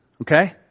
Okay